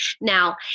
Now